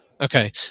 Okay